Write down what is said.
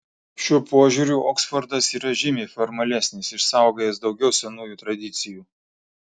šiuo požiūriu oksfordas yra žymiai formalesnis išsaugojęs daugiau senųjų tradicijų